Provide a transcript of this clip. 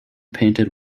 painted